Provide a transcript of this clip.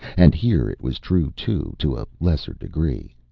and here it was true, too, to a lesser degree.